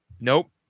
Nope